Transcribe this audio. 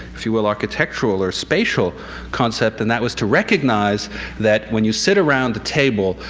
if you will, architectural or spatial concept. and that was to recognize that when you sit around the table,